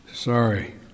Sorry